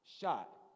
shot